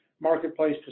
marketplace